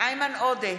איימן עודה,